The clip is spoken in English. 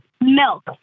milk